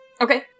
Okay